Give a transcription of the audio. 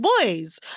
boys